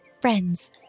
friends